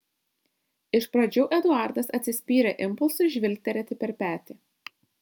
iš pradžių eduardas atsispyrė impulsui žvilgterėti per petį